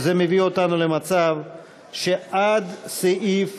וזה מביא אותנו למצב שעד סעיף